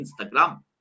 Instagram